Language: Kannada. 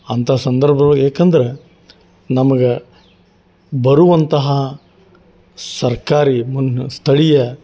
ಅಂಥ ಸಂದರ್ಭದೊಳಗ ಏಕಂದ್ರೆ ನಮ್ಗೆ ಬರುವಂತಹ ಸರ್ಕಾರಿ ಮನ್ ಸ್ಥಳೀಯ